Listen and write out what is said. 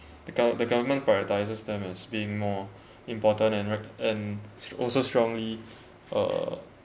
the gover~ the government prioritises them as being more important and ri~ and also strongly uh